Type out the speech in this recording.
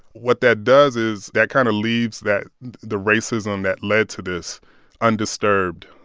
what that does is that kind of leaves that the racism that led to this undisturbed.